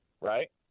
right